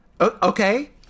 Okay